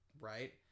right